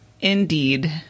indeed